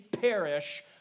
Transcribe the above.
perish